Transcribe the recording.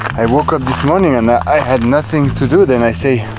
i woke up this morning and i had nothing to do then i say.